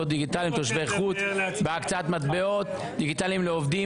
דיגיטליים לתושבי חוץ ובהקצאת מטבעות דיגיטליים לעובדים),